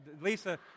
Lisa